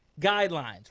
guidelines